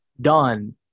done